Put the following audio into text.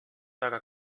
väga